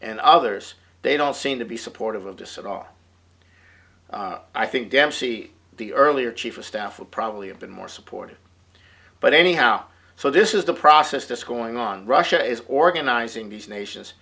and others they don't seem to be supportive of dissent are i think dempsey the earlier chief of staff would probably have been more supportive but anyhow so this is the process to scoring on russia is organizing these nations